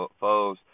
foes